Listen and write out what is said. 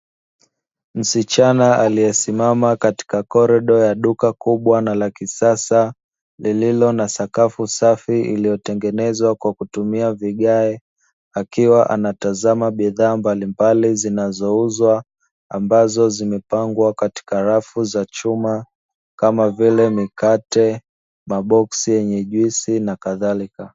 Msichana aliyesimama katika korido ya duka kubwa na la kisasa, lililo na sakafu safi, iliyotengenezwa kwa kutumia vigae, akiwa anatazama bidhaa mbalimbali zinazouzwa ambazo zimepangwa katika rafu za chuma, kama vile mikate, maboksi yenye juisi na kadhalika.